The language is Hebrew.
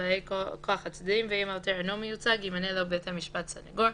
שהממשלה מבקשת לתקן כבר עכשיו.